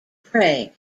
prey